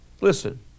listen